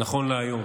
נכון להיום.